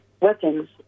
weapons